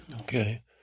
Okay